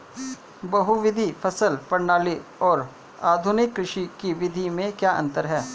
बहुविध फसल प्रणाली और आधुनिक कृषि की विधि में क्या अंतर है?